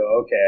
okay